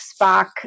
Spock